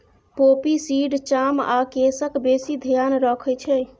poppy seed चाम आ केसक बेसी धेआन रखै छै